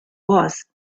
was